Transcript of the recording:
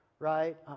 right